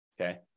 Okay